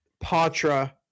Patra